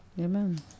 Amen